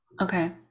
okay